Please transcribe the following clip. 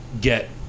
get